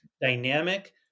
dynamic